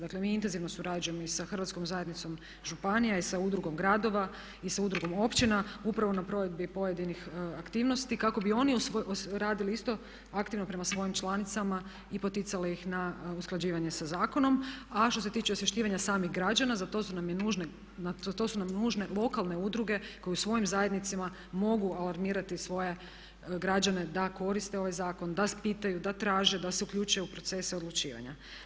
Dakle, mi intenzivno surađujemo i sa hrvatskom zajednicom županija i sa Udrugom gradova i sa Udrugom općina upravo na provedbi pojedinih aktivnosti kako bi oni radili isto aktivno prema svojim članicama i poticali ih na usklađivanje sa zakonom a što se tiče osvještavanja samih građana za to su nam i nužne lokalne udruge koje u svojim zajednicama mogu alarmirati svoje građane da koriste ovaj zakon, da pitaju, da traže, da se uključe u procese odlučivanja.